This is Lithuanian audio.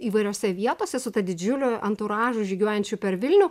įvairiose vietose su ta didžiuliu anturažu žygiuojančių per vilnių